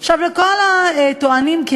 אבל אני מאוד מאמין שאפשר